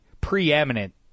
preeminent